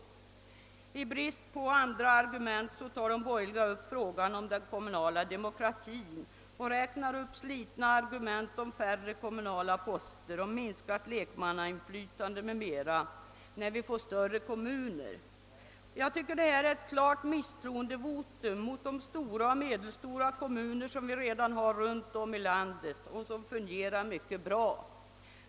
I brist på andra argument tar de borgerliga upp frågan om den kommunala demokratin och räknar upp slitna argument om färre kommunala poster, om minskat lekmannainflytande m.m. när vi får större kommuner. Det är ett klart misstroendevotum mot de stora och medelstora kommuner som vi redan har runt om i landet och som fungerar mycket bra.